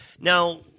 Now